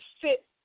sit